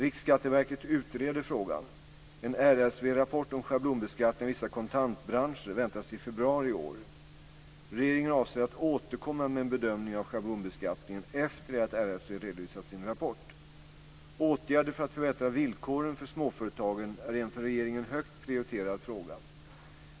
Riksskatteverket utreder frågan. En RSV rapport om schablonbeskattning av vissa kontantbranscher väntas i februari i år. Regeringen avser att återkomma med en bedömning av schablonbeskattningen efter det att RSV redovisat sin rapport. Åtgärder för att förbättra villkoren för småföretagen är en för regeringen högt prioriterad fråga.